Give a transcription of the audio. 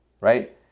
right